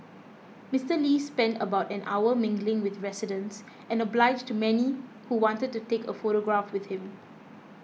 Mister Lee spent about an hour mingling with residents and obliged many who wanted to take a photograph with him